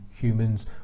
humans